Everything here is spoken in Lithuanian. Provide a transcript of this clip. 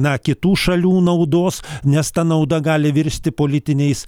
na kitų šalių naudos nes ta nauda gali virsti politiniais